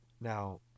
now